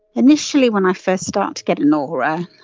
initially when i first start to get an aura,